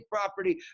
property